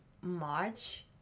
March